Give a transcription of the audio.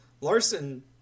larson